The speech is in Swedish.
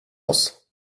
oss